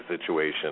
situation